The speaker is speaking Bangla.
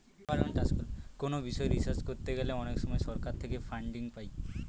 কোনো বিষয় রিসার্চ করতে গেলে অনেক সময় সরকার থেকে ফান্ডিং পাই